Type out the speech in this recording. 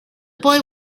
boy